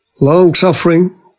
long-suffering